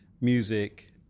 music